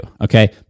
okay